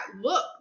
look